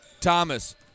Thomas